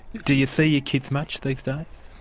do you see your kids much these days?